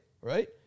right